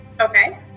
Okay